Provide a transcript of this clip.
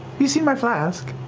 you seen my flask?